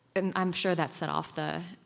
and i'm sure that set off the.